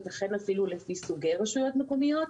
ייתכן אפילו לפי סוגי רשויות מקומיות.